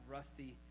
Rusty